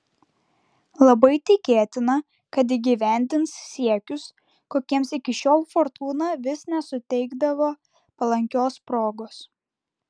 labai tikėtina kad įgyvendins siekius kokiems iki šiol fortūna vis nesuteikdavo palankios progos